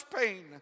pain